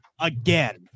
again